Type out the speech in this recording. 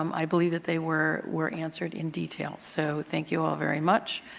um i believe that they were were answered in detail. so, thank you all very much.